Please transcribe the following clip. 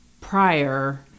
prior